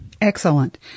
Excellent